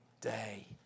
day